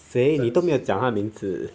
谁你都没有讲他名字